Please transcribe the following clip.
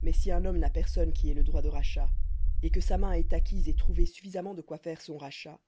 mais si un homme n'a personne qui ait le droit de rachat et que sa main ait acquis et trouvé suffisamment de quoi faire son rachat